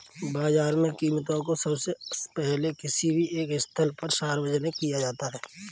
बाजार में कीमत को सबसे पहले किसी भी एक स्थल पर सार्वजनिक किया जाता है